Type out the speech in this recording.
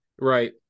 Right